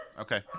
Okay